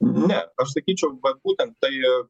ne aš sakyčiau vat būtent tai